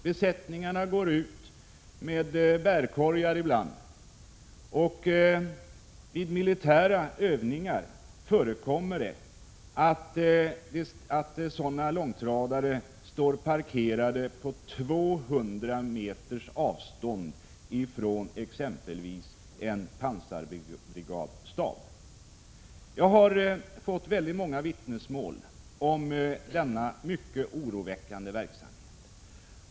Besättningarna går ut med bärkorgar ibland, och vid militära övningar förekommer det att sådana långtradare står parkerade på 200 meters avstånd från exempelvis en pansarbrigadstab. Jag har fått väldigt många vittnesuppgifter om denna mycket oroväckande verksamhet.